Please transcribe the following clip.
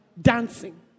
dancing